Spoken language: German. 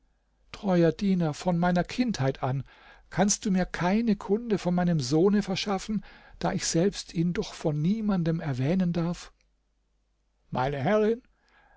treuer diener von meiner kindheit an kannst du mir keine kunde von meinem sohne verschaffen da ich selbst ihn doch vor niemanden erwähnen darf meine herrin